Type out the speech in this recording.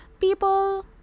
people